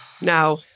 Now